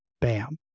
Bam